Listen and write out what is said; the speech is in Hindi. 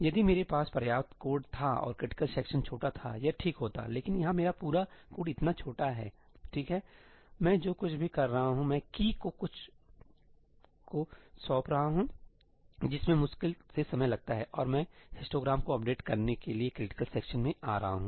यदि मेरे पास पर्याप्त कोड था और क्रिटिकल सेक्शन छोटा थायह ठीक होतालेकिन यहाँ मेरा पूरा कोड इतना छोटा हैठीक है मैं जो कुछ भी कर रहा हूं मैं की को कुछ को सौंप रहा हूं जिसमें मुश्किल से समय लगता है और फिर मैं हिस्टोग्राम को अपडेट करने के लिए एक क्रिटिकल सेक्शनमें आ रहा हूं